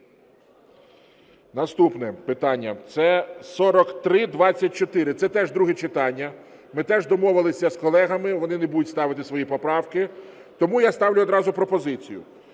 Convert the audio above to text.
Наступне питання – це 4324. Це теж друге читання. Ми теж домовилися з колегами, вони не будуть ставити свої поправки. Тому я ставлю одразу пропозицію,